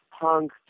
punk